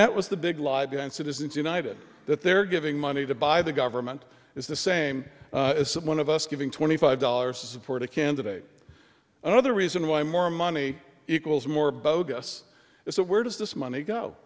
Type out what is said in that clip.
that was the big lie behind citizens united that they're giving money to by the government is the same as someone of us giving twenty five dollars to support a candidate another reason why more money equals more bogus so where does this money go